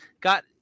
got